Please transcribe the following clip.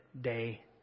day